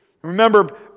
Remember